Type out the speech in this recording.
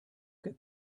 che